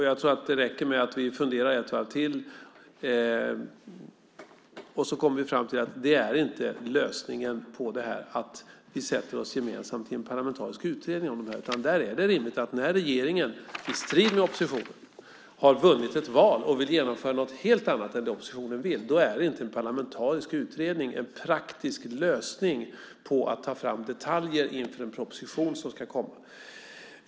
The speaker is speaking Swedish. Jag tror att det räcker med att vi funderar ett varv till för att vi ska komma fram till att lösningen på detta inte är att vi sätter oss i en parlamentarisk utredning. När regeringen i strid med oppositionen har vunnit ett val och vill genomföra något helt annat än oppositionen är inte en parlamentarisk utredning en praktisk lösning för att ta fram detaljer till en proposition som ska komma.